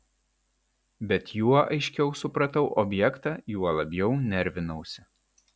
bet juo aiškiau supratau objektą juo labiau nervinausi